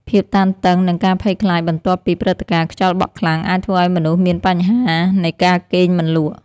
ភាពតានតឹង និងការភ័យខ្លាចបន្ទាប់ពីព្រឹត្តិការណ៍ខ្យល់បក់ខ្លាំងអាចធ្វើឱ្យមនុស្សមានបញ្ហានៃការគេងមិនលក់។